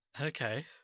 Okay